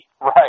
Right